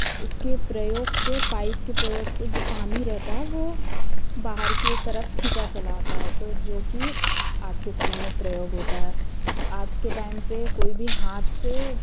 उसके प्रयोग से पाइप के प्रयोग से जो पानी रहता है वो बाहर के तरफ खींचा चला आता है तो जो कि आज के समय में प्रयोग होता है आज के टाइम पे कोई भी हाथ से